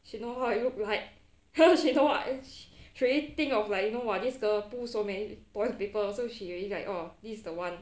she know how I look like she only think of like you know !wah! this girl pull so many toilet paper so she already like oh this the one